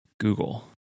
Google